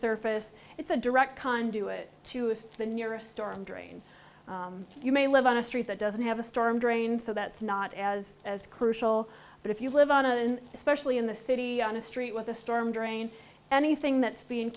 surface it's a direct conduit to is to the nearest storm drain you may live on a street that doesn't have a storm drain so that's not as as crucial but if you live on an especially in the city on a street with a storm drain anything that's being